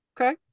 Okay